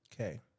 Okay